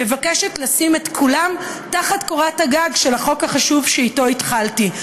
מבקשת לשים את כולם תחת קורת הגג של החוק החשוב שאיתו התחלתי.